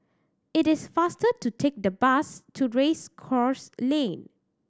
it is faster to take the bus to Race Course Lane